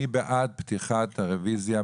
מי בעד פתיחת הרביזיה,